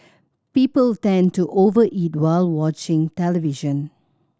people tend to over eat while watching television